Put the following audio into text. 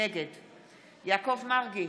נגד יעקב מרגי,